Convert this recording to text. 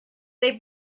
they